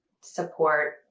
support